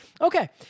Okay